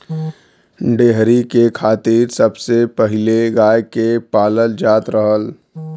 dairy के खातिर सबसे पहिले गाय के पालल जात रहल